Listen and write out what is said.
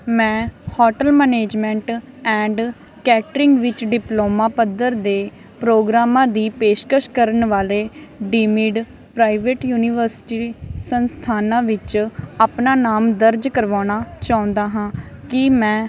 ਮੈਂ hotel management and catering ਵਿੱਚ diploma ਪੱਧਰ ਦੇ ਪ੍ਰੋਗਰਾਮਾਂ ਦੀ ਪੇਸ਼ਕਸ਼ ਕਰਨ ਵਾਲੇ ਡੀਮਡ ਪ੍ਰਾਈਵੇਟ ਯੂਨੀਵਰਸਿਟੀ ਸੰਸਥਾਨਾਂ ਵਿੱਚ ਆਪਣਾ ਨਾਮ ਦਰਜ ਕਰਵਾਉਣਾ ਚਾਹੁੰਦਾ ਹਾਂ ਕੀ ਮੈਂ